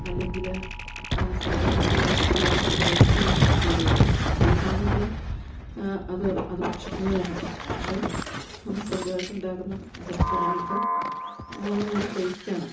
അല്ലങ്കില് സവോളയുടേയും ടേസ്റ്റ് ടേസ്റ്റാണ് കൂടുതലും അതുകൊണ്ടാണ് നമ്മള് അത് അത് ഭക്ഷിക്കുന്നത് തന്നെ പക്ഷെ നമ്മള് സ്വന്തവായിട്ടുണ്ടാക്കുന്ന പച്ചക്കറികൾക്ക് നല്ല ടേസ്റ്റാണ്